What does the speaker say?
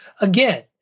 Again